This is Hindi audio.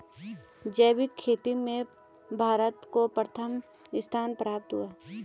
जैविक खेती में भारत को प्रथम स्थान प्राप्त है